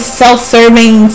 self-serving